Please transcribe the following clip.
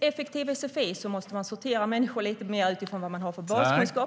effektiv sfi måste man sortera människor lite mer utifrån vad de har för baskunskap.